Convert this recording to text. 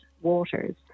waters